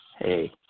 Hey